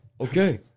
okay